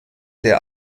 der